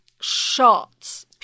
shots